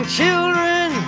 children